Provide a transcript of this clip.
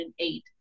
2008